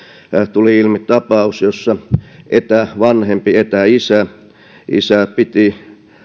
tuli ilmi tapaus jossa etävanhempi etäisä piti